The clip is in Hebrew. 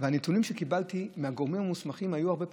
והנתונים שקיבלתי מהגורמים המוסמכים היו הרבה פחות.